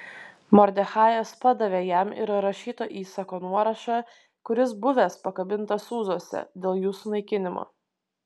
mordechajas padavė jam ir rašyto įsako nuorašą kuris buvęs pakabintas sūzuose dėl jų sunaikinimo